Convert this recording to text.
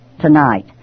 tonight